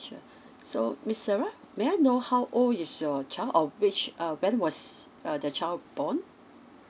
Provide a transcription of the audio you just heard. sure so miss sarah may I know how old is your child or which uh when was uh the child born